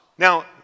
Now